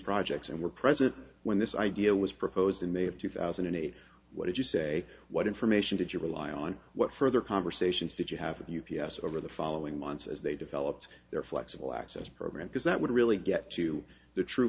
projects and were present when this idea was proposed in may of two thousand and eight what did you say what information did you rely on what further conversations did you have u p s over the following months as they developed their flexible access program because that would really get to the true